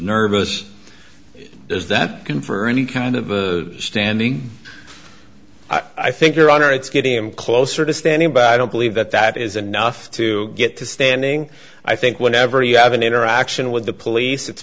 nervous is that going for any kind of standing i think your honor it's getting him closer to standing but i don't believe that that is enough to get to standing i think whenever you have an interaction with the police it's